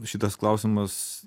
šitas klausimas